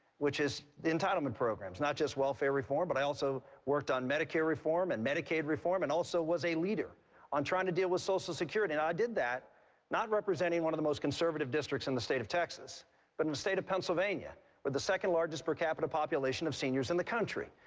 which is the entitlement programs, not just welfare reform, but i also worked on medicare reform and medicaid reform and also was a leader on trying to deal with social security. and i did that not representing one of the most conservative districts in the state of texas but in the state of pennsylvania with the second largest per capita population of seniors in the country.